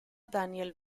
daniel